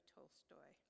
Tolstoy